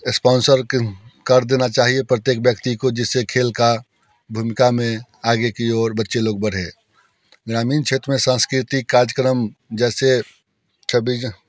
sponsor कर देना चाहिए प्रत्येक व्यक्ति को जिससे खेल की भूमिका में आगे की और बच्चे लोग बढ़ें ग्रामीण क्षेत्र में सांस्कृतिक कार्यक्रम जैसे छब्बीस ज